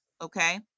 okay